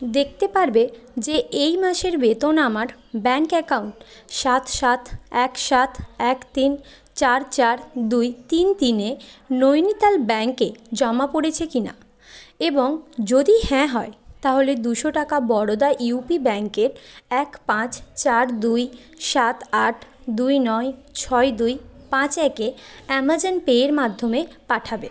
দেখতে পারবে যে এই মাসের বেতন আমার ব্যাঙ্ক অ্যাকাউন্ট সাত সাত এক সাত এক তিন চার চার দুই তিন তিনে নৈনিতাল ব্যাঙ্কে জমা পড়েছে কিনা এবং যদি হ্যাঁ হয় তাহলে দুশো টাকা বরোদা ইউ পি ব্যাঙ্কের এক পাঁচ চার দুই সাত আট দুই নয় ছয় দুই পাঁচ একে অ্যামাজন পের মাধ্যমে পাঠাবে